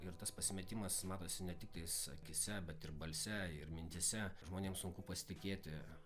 ir tas pasimetimas matosi ne tiktais akyse bet ir balse ir mintyse žmonėm sunku pasitikėti